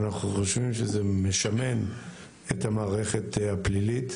ואנחנו חושבים שזה משמן את המערכת הפלילית.